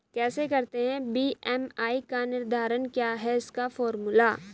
कैसे करते हैं बी.एम.आई का निर्धारण क्या है इसका फॉर्मूला?